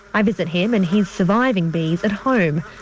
i visit him and his surviving bees at home,